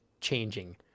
changing